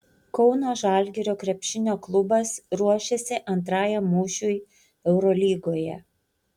kauno žalgirio krepšinio klubas ruošiasi antrajam mūšiui eurolygoje